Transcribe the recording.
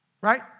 right